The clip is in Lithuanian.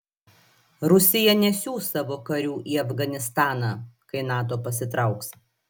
rusija nesiųs savo karių į afganistaną kai nato pasitrauks